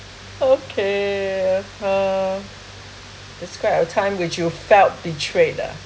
okay ah describe your time which you felt betrayed ah